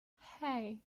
hey